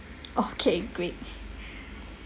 okay great